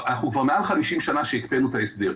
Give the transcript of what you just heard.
אנחנו כבר מעל 50 שנים מאז הקפאנו את ההסדר.